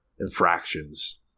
infractions